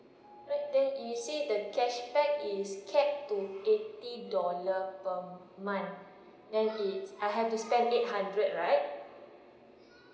wait then you said the cashback is cap to eighty dollar per month then it I have to spend eight hundred right